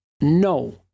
no